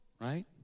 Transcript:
Right